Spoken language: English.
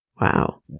Wow